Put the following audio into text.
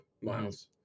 miles